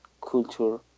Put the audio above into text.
culture